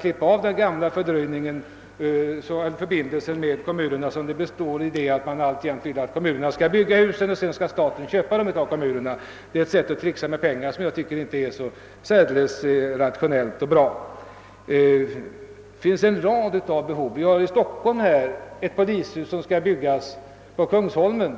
klippa av den föråldrade förbindelsen med kommunerna som består i att kommunerna skall bygga husen och staten köpa dem av kommunerna — det är ett inte särdeles rationellt sätt att »trixa» med pengar. Det finns som sagt en rad behov. I Stockholm skall ett polishus byggas på Kungsholmen.